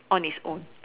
on its own